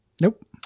nope